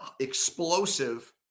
explosive